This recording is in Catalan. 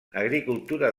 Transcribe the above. agricultura